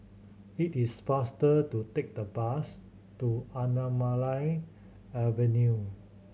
it is faster to take the bus to Anamalai Avenue